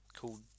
called